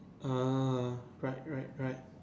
ah right right right